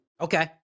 Okay